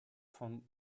vom